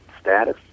status